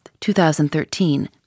2013